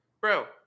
Bro